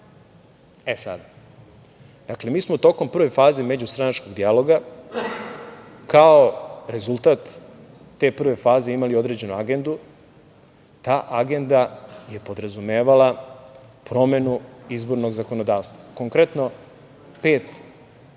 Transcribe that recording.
godini. Dakle, mi smo tokom prve faze međustranačkog dijaloga kao rezultat te prve faze imali određenu agendu. Ta agenda je podrazumevala promenu izbornog zakonodavstva, ja mislim četiri